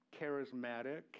charismatic